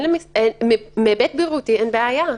בהיבט הבריאותי, אין בעיה.